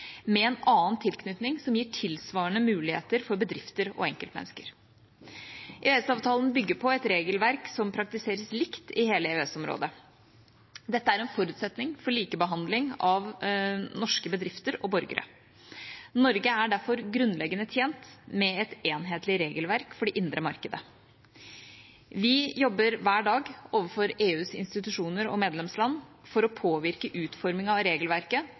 med en annen tilknytning som gir tilsvarende muligheter for bedrifter og enkeltmennesker. EØS-avtalen bygger på et regelverk som praktiseres likt i hele EØS-området. Dette er en forutsetning for likebehandling av norske bedrifter og borgere. Norge er derfor grunnleggende tjent med et enhetlig regelverk for det indre markedet. Vi jobber hver dag overfor EUs institusjoner og medlemsland for å påvirke utforming av regelverket